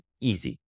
easy